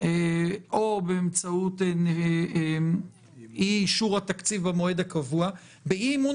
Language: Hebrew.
ואם באמצעות אי אישור התקציב במועד הקבוע באי-אמון